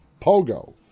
Pogo